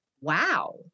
wow